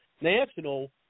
national